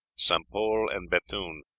st. pol, and bethune.